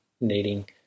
needing